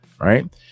right